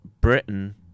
britain